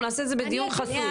אנחנו נעשה את זה בדיון חסוי.